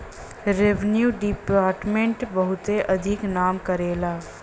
revenue department बहुते अधिक नाम करेला